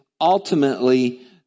ultimately